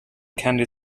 candy